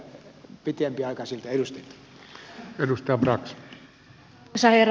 arvoisa herra puhemies